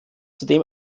zudem